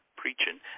preaching